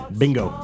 bingo